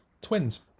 twins